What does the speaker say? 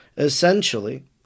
essentially